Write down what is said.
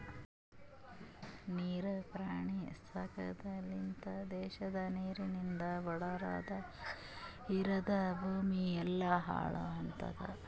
ನೀರ್ ಪ್ರಾಣಿ ಸಾಕದ್ ಲಿಂತ್ ದೇಶದ ನೀರಿಂದ್ ಬಾರ್ಡರದಾಗ್ ಇರದ್ ಭೂಮಿ ಎಲ್ಲಾ ಹಾಳ್ ಆತುದ್